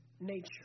nature